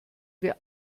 wir